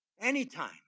anytime